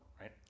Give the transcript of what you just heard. right